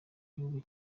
gihugu